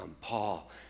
Paul